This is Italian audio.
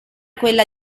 quella